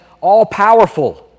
all-powerful